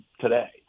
today